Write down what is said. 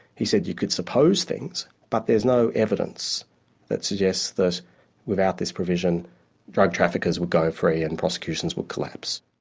he said you could suppose things, but there's no evidence that suggests that without this provision drug traffickers would go free and prosecutions would collapse.